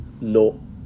No